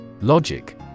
Logic